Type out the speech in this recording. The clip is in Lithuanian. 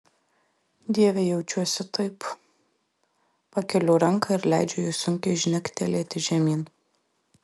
dieve jaučiuosi taip pakeliu ranką ir leidžiu jai sunkiai žnegtelėti žemyn